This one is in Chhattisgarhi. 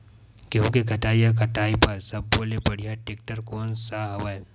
गेहूं के कटाई या कटाई बर सब्बो ले बढ़िया टेक्टर कोन सा हवय?